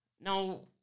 Now